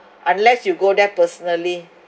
unless you go there personally